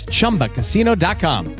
Chumbacasino.com